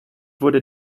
wurde